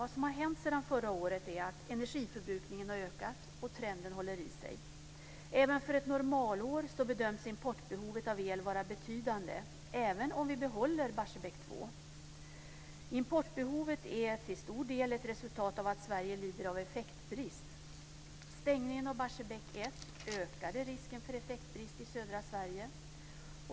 Vad som har hänt sedan förra året är att energiförbrukningen har ökat och att trenden håller i sig. Även för ett normalår bedöms importbehovet av el vara betydande även om vi behåller Barsebäck 2. Importbehovet är till stor del ett resultat av att Sverige lider av effektbrist. Stängningen av Barsebäck 1 ökade risken för effektbrist i södra Sverige.